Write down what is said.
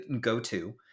go-to